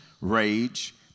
rage